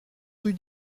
rue